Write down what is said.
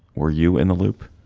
were you in the loop,